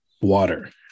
water